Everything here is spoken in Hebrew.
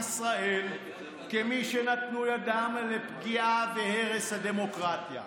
ישראל כמי שנתנו ידם לפגיעה והרס הדמוקרטיה.